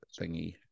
thingy